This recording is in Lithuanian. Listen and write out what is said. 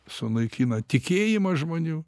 sunaikina tikėjimą žmonių